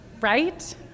right